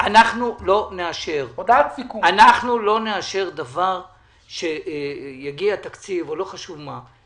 אנחנו לא נאשר דבר שיגיע תקציב או לא חשוב מה.